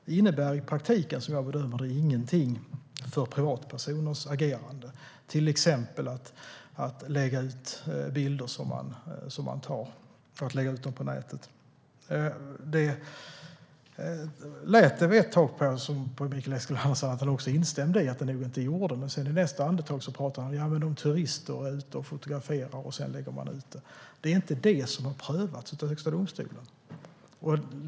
Det innebär i praktiken, som jag bedömer det, ingenting för privatpersoners agerande, till exempel vad gäller att lägga ut bilder på nätet. Det lät ett tag på Mikael Eskilandersson som att han instämde i att det nog inte gjorde det. Men i nästa andetag talar han om turister som är ute och fotograferar och lägger ut bilder. Det är inte vad som har prövats av Högsta domstolen.